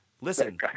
listen